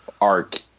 arc